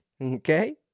Okay